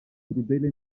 crudele